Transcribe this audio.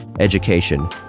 education